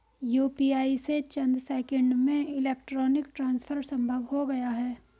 UPI से चंद seconds में इलेक्ट्रॉनिक ट्रांसफर संभव हो गया है